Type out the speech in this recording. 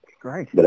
Great